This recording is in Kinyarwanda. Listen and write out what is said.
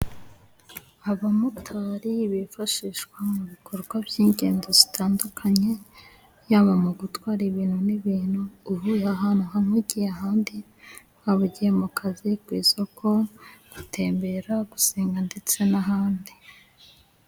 Abamotari bifashishwa mu bikorwa by'ingendo zitandukanye ,yaba mu gutwara ibintu n'ibintu, uvuye ahantu hamwe ugiye ahandi, waba ugiye mu kazi, ku isoko gutembera ,gusenga ndetse n'ahandi.